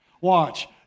Watch